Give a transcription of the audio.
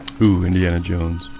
who indianajones